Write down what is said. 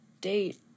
date